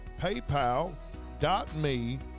paypal.me